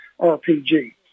RPG